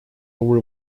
over